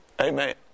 Amen